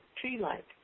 tree-like